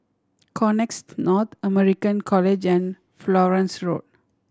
Connexis North American College and Florence Road